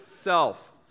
self